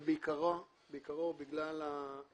אלא בעיקרו הוא בגלל החיבור